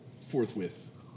forthwith